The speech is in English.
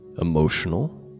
emotional